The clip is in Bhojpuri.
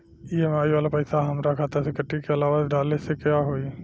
ई.एम.आई वाला पैसा हाम्रा खाता से कटी की अलावा से डाले के होई?